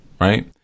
Right